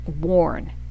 worn